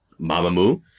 Mamamoo